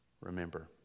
Remember